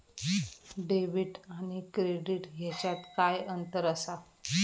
Debit आणि credit ह्याच्यात काय अंतर असा?